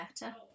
better